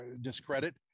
discredit